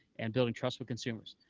and building trust for consumers.